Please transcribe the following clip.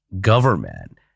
government